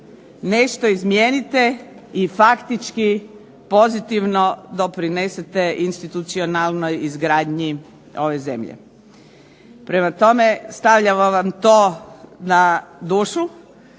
nešto izmijenite i faktički pozitivno doprinesete institucionalnoj izgradnji ove zemlje. Prema tome, stavljamo vam to na dušu.